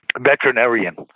veterinarian